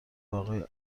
باقی